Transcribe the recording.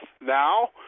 now